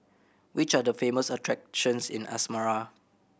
which are the famous attractions in Asmara